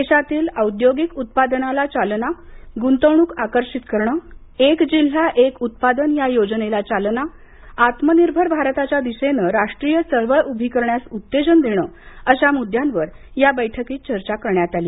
देशातील औद्योगिक उत्पादनाला चालना गुंतवणूक आकर्षित करणं एक जिल्हा एक उत्पादन या योजनेला चालना आत्मनिर्भर भारताच्या दिशेनं राष्ट्रीय चळवळ उभी करण्यास उत्तेजन देणं अशा मुद्द्यांवर या बैठकीत चर्चा करण्यात आली